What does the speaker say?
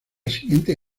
siguiente